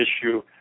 issue